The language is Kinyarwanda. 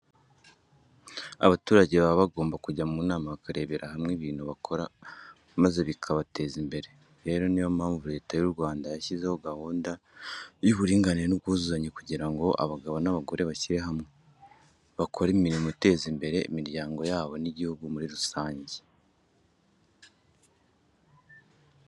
Abaturage baba bagomba kujya inama bakarebera hamwe ibintu bakora maze bikabateza imbere. Rero, niyo mpamvu Leta y'u Rwanda, yashyizeho gahunda y'uburinganire n'ubwuzuzanye kugira ngo abagabo n'abagore bashyire hamwe, bakore imirimo iteza imbere imiryango yabo n'igihugu muri rusange.